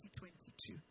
2022